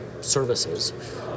services